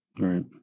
Right